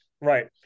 right